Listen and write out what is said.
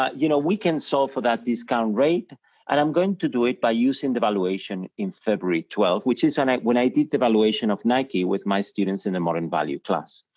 you know, we can solve for that discount rate and i'm going to do it by using the valuation in february twelve, which is an act, when i did the valuation of nike with my students in the modern value class,